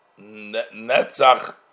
Netzach